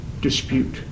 dispute